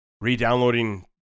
re-downloading